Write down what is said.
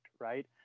right